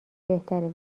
بهتره